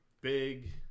big